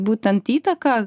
būtent įtaką